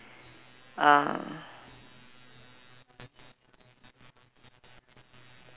uh